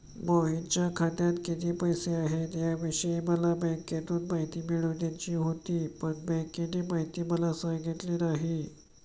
मोहितच्या खात्यात किती पैसे आहेत याविषयी मला बँकेतून माहिती मिळवायची होती, पण बँकेने माहिती मला सांगितली नाही